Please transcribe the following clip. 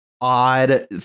Odd